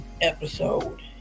episode